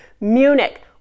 Munich